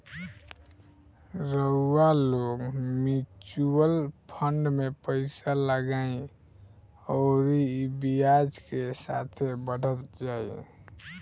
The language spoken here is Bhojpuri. रउआ लोग मिऊचुअल फंड मे पइसा लगाई अउरी ई ब्याज के साथे बढ़त जाई